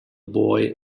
boy